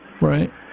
Right